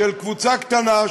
של קבוצה קטנה,